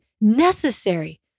necessary